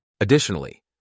Additionally